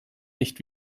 nicht